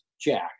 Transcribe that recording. Jack